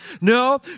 No